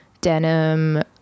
denim